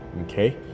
Okay